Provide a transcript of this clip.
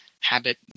habit